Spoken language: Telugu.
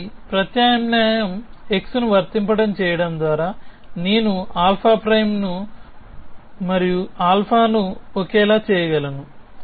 దీనికి ప్రత్యామ్నాయం x ను వర్తింపజేయడం ద్వారా నేను α'∧α ను ఒకేలా చేయగలను